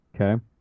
Okay